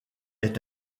est